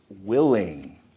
willing